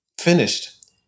finished